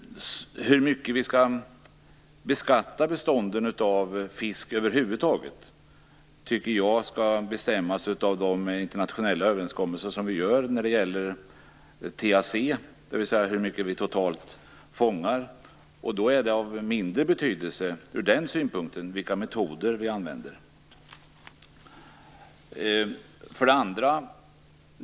Hur mycket vi över huvud taget skall beskatta bestånden av fisk tycker jag skall bestämmas av de internationella överenskommelser vi gör beträffande TAC, dvs. hur mycket vi fångar totalt. Från den synpunkten är det av mindre betydelse vilka metoder vi använder.